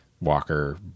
walker